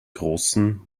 großen